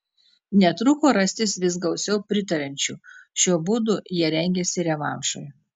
netruko rastis vis gausiau pritariančių šiuo būdu jie rengėsi revanšui